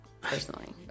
personally